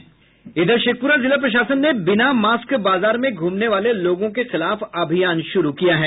शेखपुरा जिला प्रशासन ने बिना मास्क बाजार में घुमने वाले लोगों के खिलाफ अभियान शुरू किया है